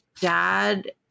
dad